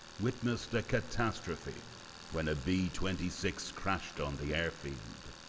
witnessed a catastrophe when a b twenty six crashed on the airfield,